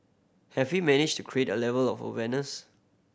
have we managed to create a level of awareness